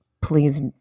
please